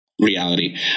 reality